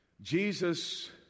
Jesus